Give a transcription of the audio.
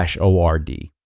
ORD